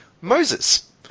Moses